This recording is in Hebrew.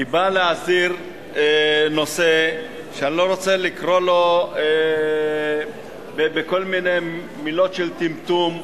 היא באה להסדיר נושא שאני לא רוצה לקרוא לו בכל מיני מילות טמטום,